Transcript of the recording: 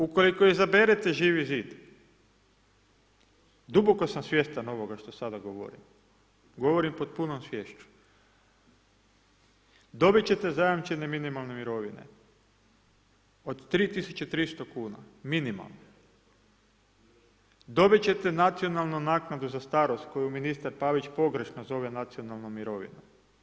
Ukoliko izaberete Živi zid, duboko sam svjestan ovoga što sada govorim, govorim pod punom sviješću, dobiti ćete zajamčene minimalne mirovine od 3300 kuna minimalno, dobiti ćete nacionalnu naknadu za starost koju ministar Pavić pogrešno zove nacionalnom mirovinom.